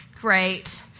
Great